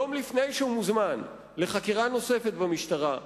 יום לפני שהוא מוזמן לחקירה נוספת במשטרה,